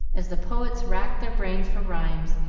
as the poets racked their brains for rhymes,